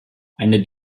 eine